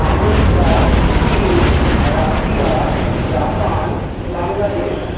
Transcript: America চীন Russia Japan Bangladesh